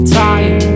time